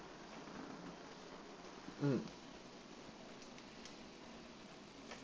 mm